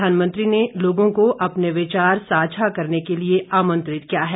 प्रधानमंत्री ने लोगों को अपने विचार सांझा करने के लिये आमंत्रिात किया है